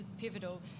pivotal